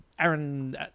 Aaron